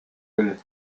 will